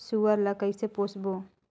सुअर ला कइसे पोसबो?